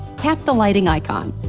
tap the lighting icon.